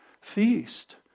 feast